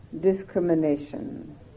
discrimination